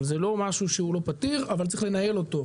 אבל זה לא משהו שהוא לא פתיר, אבל צריך לנהל אותו.